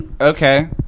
Okay